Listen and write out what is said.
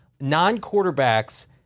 non-quarterbacks